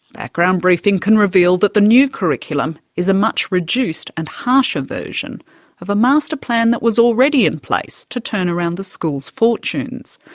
background briefing can reveal that the new curriculum is a much reduced and harsher version of a master plan that was already in place to turn around the school's fortunes,